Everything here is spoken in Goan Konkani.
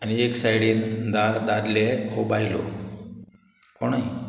आनी एक सायडीन दा दादले वो बायलो कोणय